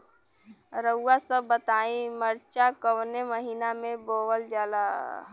रउआ सभ बताई मरचा कवने महीना में बोवल जाला?